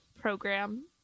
program